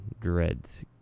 dreads